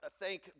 thank